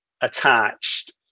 attached